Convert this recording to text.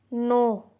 no